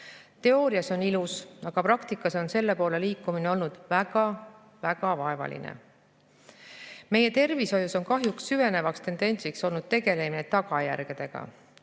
Teoorias on kõik ilus, aga praktikas on selle poole liikumine olnud väga-väga vaevaline. Meie tervishoius on kahjuks süvenev tendents olnud tegelemine tagajärgedega,